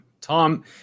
Tom